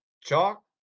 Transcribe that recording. Chalk